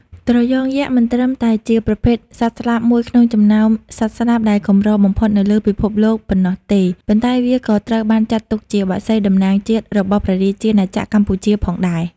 ត្រយងយក្ស មិនត្រឹមតែជាប្រភេទសត្វស្លាបមួយក្នុងចំណោមសត្វស្លាបដែលកម្របំផុតនៅលើពិភពលោកប៉ុណ្ណោះទេ ប៉ុន្តែវាក៏ត្រូវបានចាត់ទុកជាបក្សីតំណាងជាតិរបស់ព្រះរាជាណាចក្រកម្ពុជាផងដែរ។